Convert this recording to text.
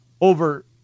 over